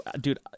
Dude